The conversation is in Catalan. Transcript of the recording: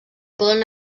poden